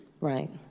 right